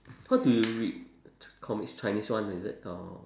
what do you read comics chinese one is it or